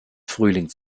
frühling